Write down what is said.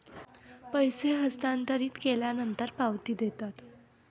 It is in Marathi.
पैसे हस्तांतरित केल्यानंतर पावती देतात